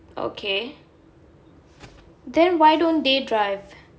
okay then why don't they drive